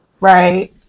Right